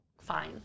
fine